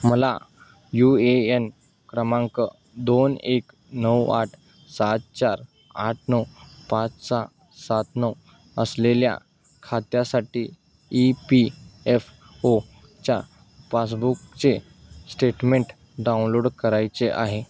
मला U A N क्रमांक दोन एक नऊ आठ सात चार आठ नऊ पाच सहा सात नऊ असलेल्या खात्यासाठी ई पी एफ ओ च्या पासबुकचे स्टेटमेंट डाउनलोड करायचे आहे